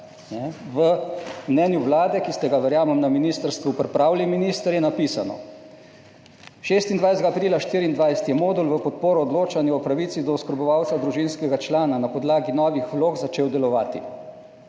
V mnenju Vlade, ki ste ga, verjamem, na ministrstvu pripravili, minister, je napisano: 26. aprila 2024 je modul v podporo odločanju o pravici do oskrbovalca družinskega člana na podlagi novih vlog začel delovati.